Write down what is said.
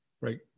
right